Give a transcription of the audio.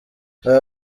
aba